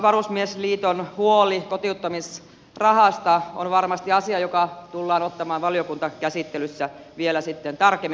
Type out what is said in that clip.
varusmiesliiton huoli kotiuttamisrahasta on varmasti asia joka tullaan ottamaan valiokuntakäsittelyssä vielä sitten tarkemmin huomioon